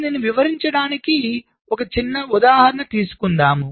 దీనిని వివరించడానికి ఒక చిన్న ఉదాహరణ తీసుకుందాం